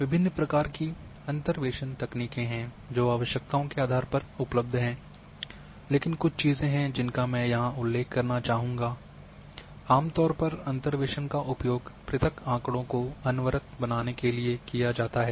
विभिन्न प्रकार की अंतर्वेसन तकनीकें हैं जो आवश्यकताओं के आधार पर उपलब्ध हैं लेकिन कुछ चीजें हैं जिनका मैं यहां उल्लेख करना चाहूँगा आम तौर पर अंतर्वेसन का उपयोग पृथक आँकड़ों को अनवरत बनाने के लिए किया जाता है